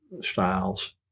styles